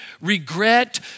regret